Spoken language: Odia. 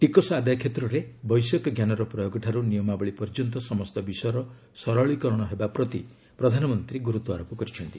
ଟିକସ ଆଦାୟ କ୍ଷେତ୍ରରେ ବୈଷୟିକଞ୍ଜାନର ପ୍ରୟୋଗଠାରୁ ନିୟମାବଳୀ ପର୍ଯ୍ୟନ୍ତ ସମସ୍ତ ବିଷୟର ସରଳୀକରଣ ହେବା ପ୍ରତି ପ୍ରଧାନମନ୍ତ୍ରୀ ଗୁରୁତ୍ୱାରୋପ କରିଛନ୍ତି